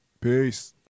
Peace